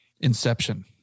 inception